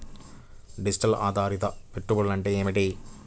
Deposit ఆధారిత పెట్టుబడులు అంటే ఏమిటి?